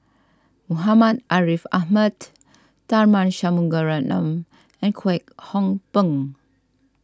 Muhammad Ariff Ahmad Tharman Shanmugaratnam and Kwek Hong Png